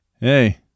hey